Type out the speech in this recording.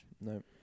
No